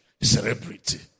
celebrity